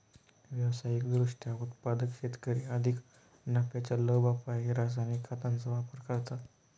व्यावसायिक दृष्ट्या उत्पादक शेतकरी अधिक नफ्याच्या लोभापायी रासायनिक खतांचा वापर करतात